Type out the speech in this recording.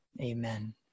Amen